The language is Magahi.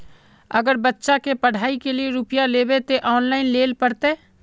अगर बच्चा के पढ़ाई के लिये रुपया लेबे ते ऑनलाइन लेल पड़ते?